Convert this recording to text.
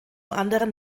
anderen